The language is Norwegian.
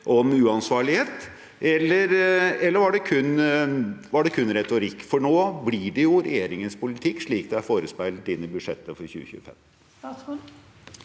om uansvarlighet, eller var det kun retorikk? Nå blir det jo regjeringens politikk, slik det er forespeilet i budsjettet for 2025.